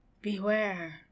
beware